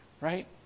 right